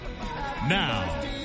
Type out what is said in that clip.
Now